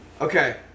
Okay